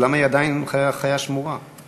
אז למה היא עדיין חיה שמורה,